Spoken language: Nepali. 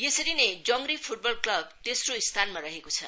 यसरी नै जोंग्री फ्टबल क्लब तेस्रो स्थानमा रहेको छ